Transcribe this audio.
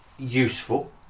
Useful